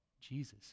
jesus